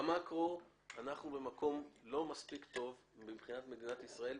במקרו אנחנו במקום לא מספיק טוב מבחינת מדינת ישראל,